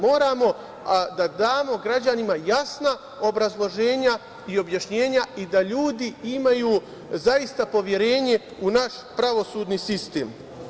Moramo da damo građanima jasna obrazloženja i objašnjenja i da ljudi imaju zaista poverenje u naš pravosudni sistem.